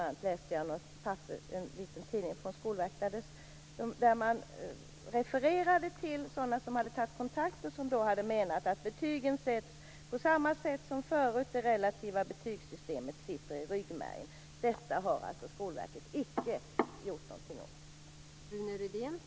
Jag läste i liten en tidning från Skolverket där man refererade till sådana som tagit kontakt och menat att betygen sätts på samma sätt som förut, att det relativa betygssystemet sitter i ryggmärgen. Men detta har alltså Skolverket icke gjort någonting åt.